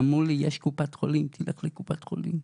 אמרו לי: יש קופת חולים, תלך לקופת חולים.